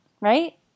right